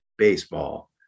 baseball